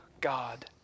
God